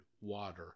water